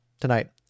tonight